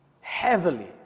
heavily